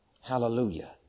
Hallelujah